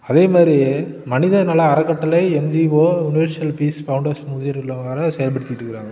அதே மாதிரி மனிதநல அறக்கட்டளை என்ஜிஓ யூனிவர்சல் பீஸ் ஃபவுண்டேஷன் முதியோர் இல்லம் வேறே செயல்படுத்திட்ருக்காங்க